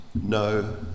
No